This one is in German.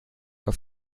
auf